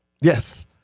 Yes